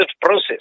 process